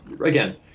again